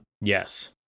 Yes